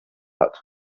hat